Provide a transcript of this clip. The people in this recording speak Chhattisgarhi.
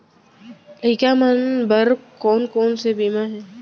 लइका मन बर कोन कोन से बीमा हे?